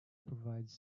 provides